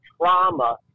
trauma